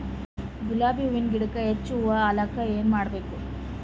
ಗುಲಾಬಿ ಹೂವಿನ ಗಿಡಕ್ಕ ಹೆಚ್ಚ ಹೂವಾ ಆಲಕ ಏನ ಮಾಡಬೇಕು?